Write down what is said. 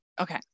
Okay